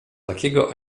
takiego